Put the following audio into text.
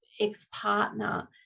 ex-partner